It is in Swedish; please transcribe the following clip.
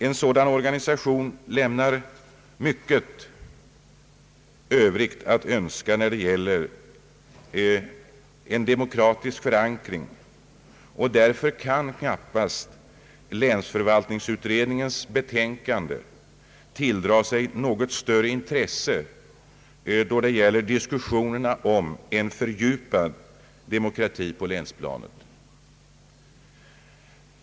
En sådan organisation lämnar mycket övrigt att önska när det gäller en demokratisk förankring. Därför kan knappast länsförvaltningsutredningens betänkande tilldra sig något större intresse i diskussionerna om en fördjupad demokrati på länsplanet.